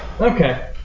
Okay